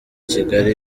kigali